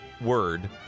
word